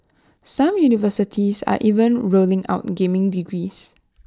some universities are even rolling out gaming degrees